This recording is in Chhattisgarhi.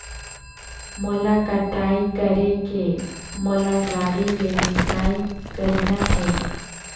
मोला कटाई करेके मोला गाड़ी ले मिसाई करना हे?